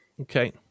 okay